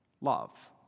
Love